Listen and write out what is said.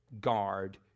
Guard